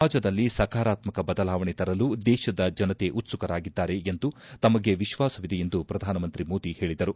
ಸಮಾಜದಲ್ಲಿ ಸಕಾರಾತ್ಮಕ ಬದಲಾವಣೆ ತರಲು ದೇಶದ ಜನತೆ ಉತ್ಸುಕರಾಗಿದ್ದಾರೆ ಎಂದು ತಮಗೆ ವಿಶ್ವಾಸವಿದೆ ಎಂದು ಪ್ರಧಾನಮಂತ್ರಿ ಮೋದಿ ಹೇಳಿದರು